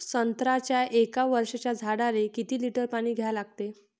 संत्र्याच्या एक वर्षाच्या झाडाले किती लिटर पाणी द्या लागते?